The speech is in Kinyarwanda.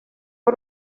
w’u